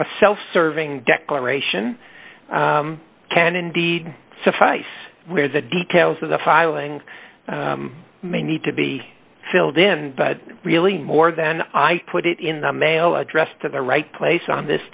a self serving declaration can indeed suffice where the details of the filing may need to be filled in but really more than i put it in the mail addressed to the right place on this